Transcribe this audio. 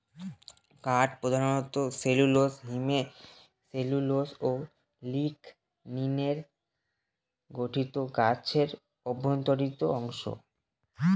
কাঠ প্রধানত cellulose hemicellulose ও লিগনিনে গঠিত গাছের অভ্যন্তরীণ অংশ